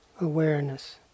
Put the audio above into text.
awareness